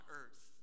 earth